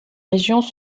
régions